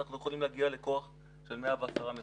אנחנו יכולים להגיע לכוח של 110 מפקחים.